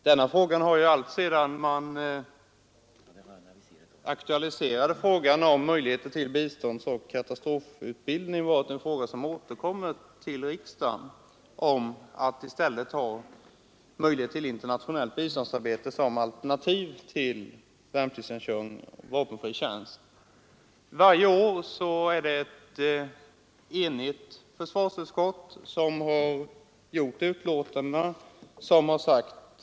Herr talman! Alltsedan frågan om möjligheter till biståndsoch katastrofutbildning auktualiserats har den återkommit till riksdagen. Den har då gällt att skapa möjlighet till internationellt biståndsarbete som alternativ till vapenfri tjänst och värnpliktstjänstgöring. Varje år har det försvarsutskott som skrivit betänkandet varit enigt.